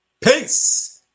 Peace